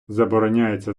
забороняється